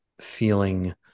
feeling